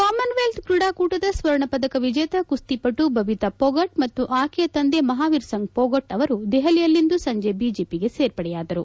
Commonwealth ತ್ರೀಡಾಕೂಟದ ಸ್ವರ್ಣ ಪದಕ ವಿಜೇತ ಕುಸ್ತಿಪಟು ಬಬಿತಾ ಪೊಗಟ್ ಮತ್ತು ಆಕೆಯ ತಂದೆ ಮಹಾವೀರ್ ಸಿಂಗ್ ಪೊಗಟ್ ಅವರು ದೆಹಲಿಯಲ್ಲಿಂದು ಸಂಜೆ ಬಿಜೆಪಿ ಸೇರ್ಪಡೆಯಾದರು